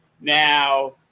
Now